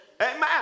Amen